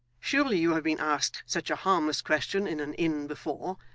surely you have been asked such a harmless question in an inn before,